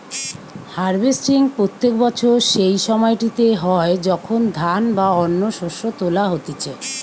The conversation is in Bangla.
হার্ভেস্টিং প্রত্যেক বছর সেই সময়টিতে হয় যখন ধান বা অন্য শস্য তোলা হতিছে